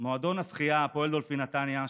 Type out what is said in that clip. מועדון השחייה הפועל דולפין נתניה,